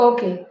Okay